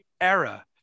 era